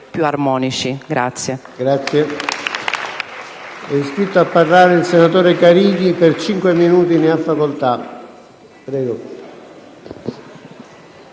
Grazie.